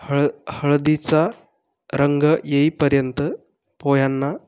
हळद हळदीचा रंग येईपर्यंत पोह्यांना